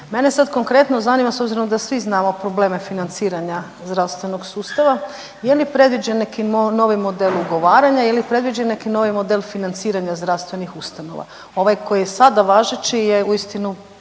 Mene sada konkretno zanima s obzirom da svi znamo probleme financiranja zdravstvenog sustava. Je li predviđen neki novi model ugovaranja? Je li predviđen neki model financiranja zdravstvenih ustanova? Ovaj koji je sada važeći je uistinu